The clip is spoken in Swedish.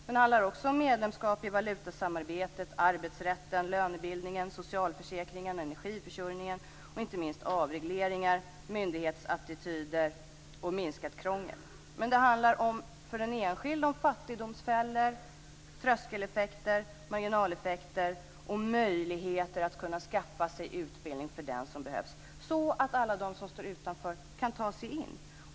Men det handlar också om medlemskap i valutasamarbetet, arbetsrätten, lönebildningen, socialförsäkringarna, energiförsörjningen och inte minst avregleringar, myndighetsattityder och minskat krångel. Men för den enskilde handlar det om fattigdomsfällor, tröskeleffekter, marginaleffekter och möjligheter att skaffa sig utbildning om man behöver, så att alla de som står utanför kan ta sig in.